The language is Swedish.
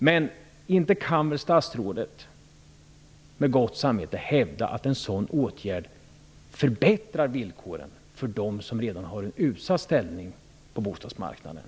Men inte kan väl statsrådet med gott samvete hävda att en sådan åtgärd förbättrar villkoren för dem som redan har en utsatt ställning på bostadsmarknaden?